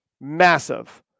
Massive